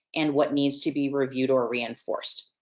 and what needs to be reviewed or reinforced.